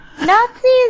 Nazis